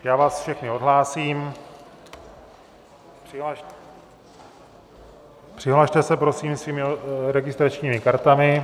Já vás všechny odhlásím, přihlaste se prosím svými registračními kartami.